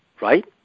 Right